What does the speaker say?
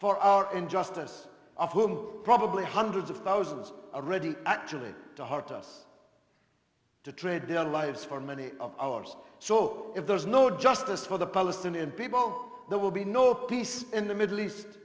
for our injustice of whom probably hundreds of thousands are ready actually to heart us to trade their lives for many of ours so if there is no justice for the palestinian people there will be no peace in the middle east